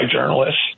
journalists